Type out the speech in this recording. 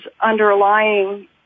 underlying